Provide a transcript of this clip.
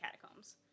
catacombs